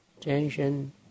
tension